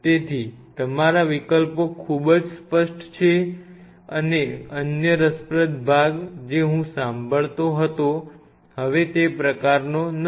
તેથી તમારા વિકલ્પો ખૂબ સ્પષ્ટ છે અને અન્ય રસપ્રદ ભાગ જે હું સાંભળતો હતો હવે તે પ્રકારનો નથી